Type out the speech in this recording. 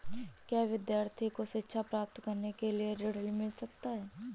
क्या विद्यार्थी को शिक्षा प्राप्त करने के लिए ऋण मिल सकता है?